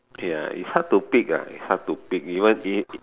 okay uh it's hard to pick ah it's hard to pick you want eat